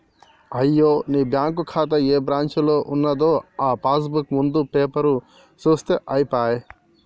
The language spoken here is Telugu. అయ్యో నీ బ్యాంకు ఖాతా ఏ బ్రాంచీలో ఉన్నదో ఆ పాస్ బుక్ ముందు పేపరు సూత్తే అయిపోయే